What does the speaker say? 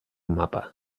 mapa